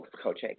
Coach